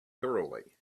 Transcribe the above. thoroughly